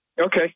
Okay